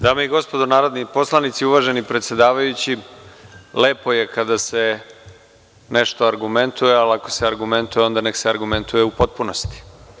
Dame i gospodo narodni poslanici, uvaženi presedavajući, lepo je kada se nešto argumentuje, ali ako se argumentuje, onda neka se argumentuje u potpunosti.